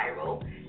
viral